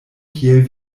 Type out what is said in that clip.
kiel